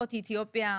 יוצאות אתיופיה,